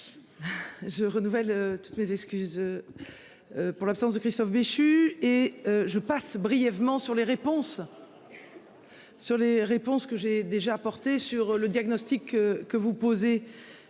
Je renouvelle toutes mes excuses. Pour l'absence de Christophe Béchu et je passe brièvement sur les réponses. Sur les réponses que j'ai déjà porté sur le diagnostic que vous posez.